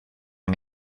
han